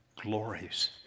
glories